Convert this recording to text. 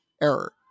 error